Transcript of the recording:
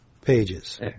pages